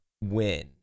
win